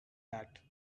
that